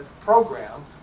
program